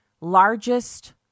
largest